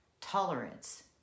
tolerance